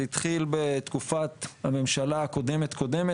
זה התחיל בתקופת הממשלה הקודמת קודמת.